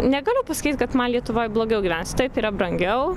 negaliu pasakyt kad man lietuvoj blogiau gyvenasi taip yra brangiau